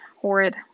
Horrid